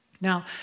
Now